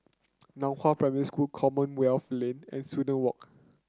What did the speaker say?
Nan Hua Primary School Commonwealth Lane and Student Walk